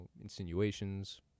insinuations